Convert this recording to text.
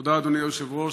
תודה, אדוני היושב-ראש.